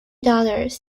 daughters